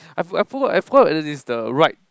I forgot I forgot it is the right